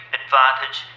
advantage